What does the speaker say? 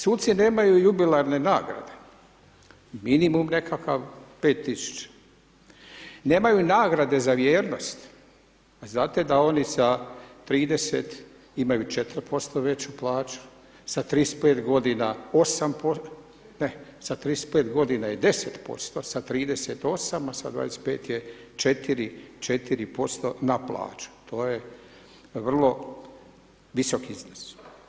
Suci nemaju jubilarne nagrade, minimum nekakav 5.000, nemaju nagrade za vjernost znate da oni za 30 imaju 4% veću plaću, sa 35 8%, ne sa 35 godina i 10%, sa 30 8%, a sa 24 je 4 4% na plaću, to je vrlo visok iznos.